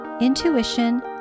intuition